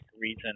reason